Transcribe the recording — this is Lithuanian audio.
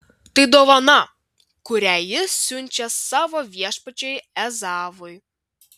tai dovana kurią jis siunčia savo viešpačiui ezavui